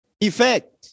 effect